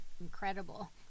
incredible